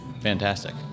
fantastic